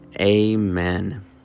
Amen